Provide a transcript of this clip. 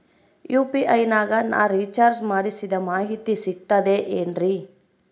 UPI ನಾಗ ನಾ recharge ಮಾಡಿಸಿದ ಮಾಹಿತಿ ಸಿಕ್ತದೆ ಏನ್ರಿ?